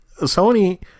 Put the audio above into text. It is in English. Sony